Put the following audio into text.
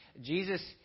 Jesus